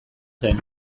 zen